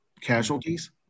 casualties